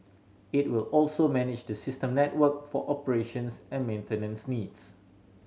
it will also manage the system network for operations and maintenance needs